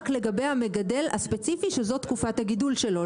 לגבי המגדל הספציפי שזו תקופת הגידול שלו,